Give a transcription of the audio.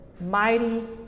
mighty